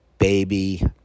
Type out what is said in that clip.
Baby